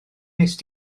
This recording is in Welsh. wnest